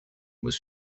was